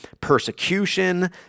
persecution